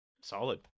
solid